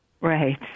right